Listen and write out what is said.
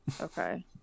okay